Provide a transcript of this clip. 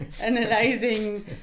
analyzing